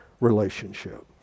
relationship